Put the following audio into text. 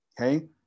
okay